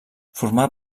formà